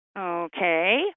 Okay